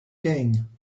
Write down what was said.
king